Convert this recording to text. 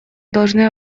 должны